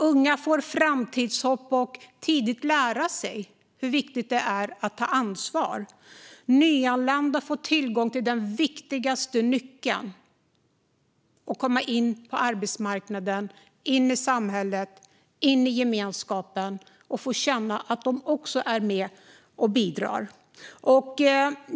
Unga får framtidshopp och får tidigt lära sig hur viktigt det är att ta ansvar. Nyanlända får tillgång till den viktigaste nyckeln in på arbetsmarknaden, in i samhället och in i gemenskapen och får känna att de också är med och bidrar.